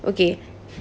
okay